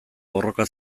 borroka